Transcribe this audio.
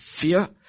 fear